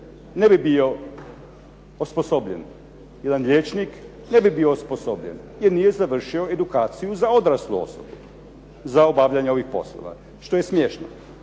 ne bi bio osposobljen. Jedan liječnik ne bi bio osposobljen jer nije završio edukaciju za odraslu osobu za obavljanje ovih poslova što je smiješno.